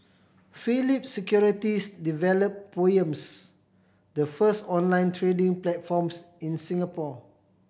Phillip Securities developed Poems the first online trading platforms in Singapore